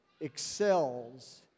excels